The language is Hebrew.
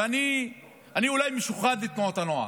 ואני, אני אולי משוחד לגבי תנועות הנוער,